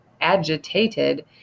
agitated